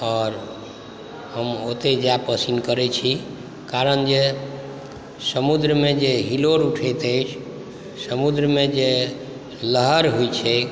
आओर हम ओतऽ जाएब पसिन्न करै छी कारण जे समुद्रमे जे हिलोर उठैत अछि समुद्रमे जे लहर होइ छै